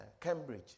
Cambridge